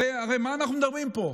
הרי על מה אנחנו מדברים פה?